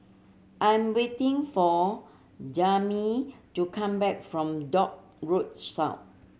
I am waiting for Jazmyne to come back from Dock Road South